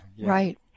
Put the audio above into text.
Right